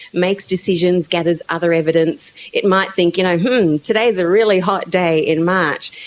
makes decisions, gathers other evidence. it might think, you know hmm, today is a really hot day in march.